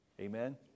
Amen